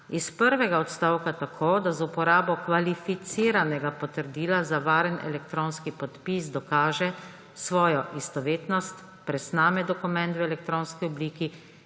iz prvega odstavka tako, da z uporabo kvalificiranega potrdila za varen elektronski podpis dokaže svojo istovetnost, presname dokument v elektronski obliki